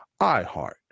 iHeart